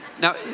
Now